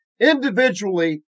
individually